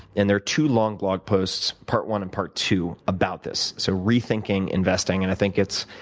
and there are two long blog posts, part one and part two, about this. so rethinking investing, and i think it's